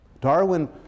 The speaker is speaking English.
Darwin